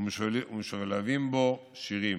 ומשולבים בו שירים,